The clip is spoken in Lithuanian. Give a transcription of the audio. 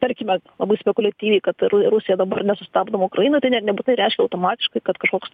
tarkime labai spekuliatyviai kad ru rusija dabar nesustabdoma ukrainoj tai net nebūtinai reiškia automatiškai kad kažkoks